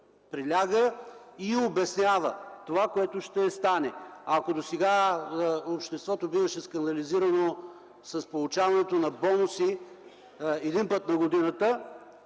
приляга и обяснява това, което ще стане. Ако досега обществото биваше скандализирано с получаването на бонуси един път на годината,